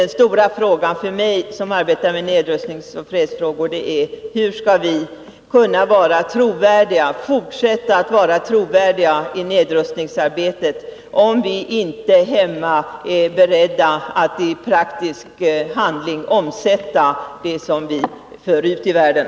Den stora frågan för mig som arbetar med nedrustningsoch fredsfrågor är: Hur skall vi kunna fortsätta att vara trovärdiga i nedrustningsarbetet, om viinte hemma är beredda att i praktisk handling omsätta de teorier som vi för ut i världen?